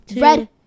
Red